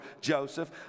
Joseph